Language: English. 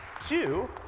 Two